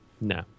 No